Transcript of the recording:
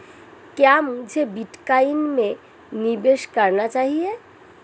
क्या मुझे बिटकॉइन में निवेश करना चाहिए?